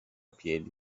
piedi